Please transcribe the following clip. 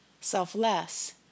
selfless